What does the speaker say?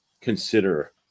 consider